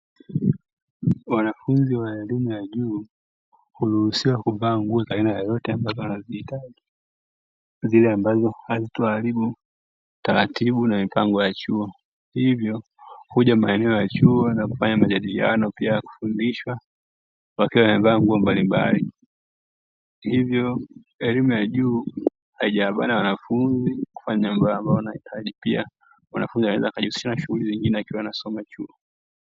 Wanafunzi wa elimu ya juu huruhusiwa kuvaa nguo za aina yoyote ambazo anazihitaji; zile ambazo hazitoharibu taratibu na mipango ya chuo, hivyo huja maeneo ya chuo na kufanya majadiliano pia kufundishwa wakiwa wamevaa nguo mbalimbali, hivyo elimu ya juu haijawabana wanafunzi kufanya mambo ambayo wanahitaji. Pia wanafunzi wanaweza wakajihusisha na shughuli zingine wakiwa wanasoma chuo.